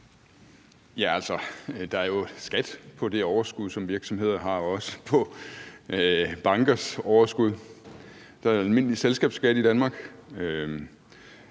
Ja, altså, der er jo skat på det overskud, som virksomheder har, også på bankers overskud. Der er almindelig selskabsskat i Danmark.